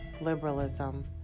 Liberalism